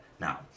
Now